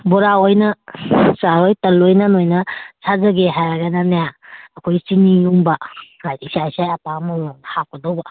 ꯕꯣꯔꯥ ꯑꯣꯏꯅ ꯆꯥꯕꯩ ꯇꯟ ꯑꯣꯏꯅ ꯅꯣꯏꯅ ꯁꯥꯖꯒꯦ ꯍꯥꯏꯔꯒꯅꯅꯦ ꯑꯩꯈꯣꯏꯒꯤ ꯆꯤꯅꯤꯒꯨꯝꯕ ꯍꯥꯏꯗꯤ ꯏꯁꯥ ꯏꯁꯥꯒꯤ ꯑꯄꯥꯝꯕ ꯃꯑꯣꯡꯗ ꯍꯥꯞꯀꯗꯧꯕ